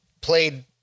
played